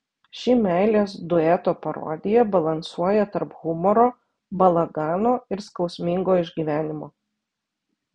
ši meilės dueto parodija balansuoja tarp humoro balagano ir skausmingo išgyvenimo